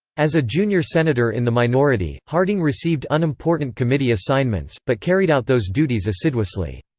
as a junior senator in the minority, harding received unimportant committee assignments, but carried out those duties assiduously.